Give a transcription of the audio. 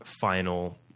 final